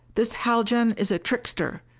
this haljan is a trickster!